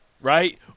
right